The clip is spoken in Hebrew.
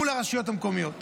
מול הרשויות המקומיות.